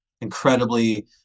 incredibly